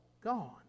gone